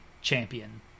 champion